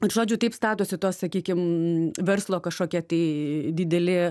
ir žodžiu taip statosi tos sakykim verslo kažkokie tai dideli